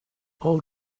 all